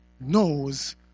knows